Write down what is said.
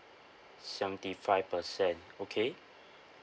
seventy five percent okay